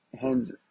hands